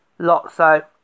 Lotso